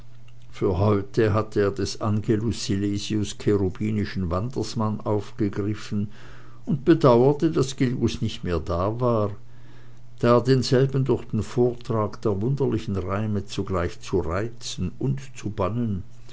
für heute hatte er des angelus silesius cherubinischen wandersmann aufgegriffen und bedauerte daß gilgus nicht mehr da war da er denselben durch den vortrag der wunderlichen reime zugleich zu reizen und zu bannen